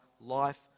life